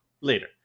later